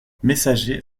messager